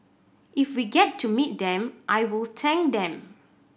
if we get to meet them I will thank them